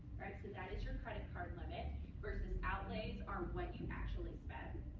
right? so that is your credit card limit versus outlays are what you actually spend.